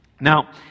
Now